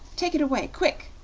take it away, quick!